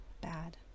Bad